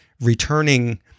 returning